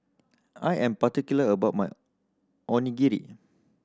I am particular about my Onigiri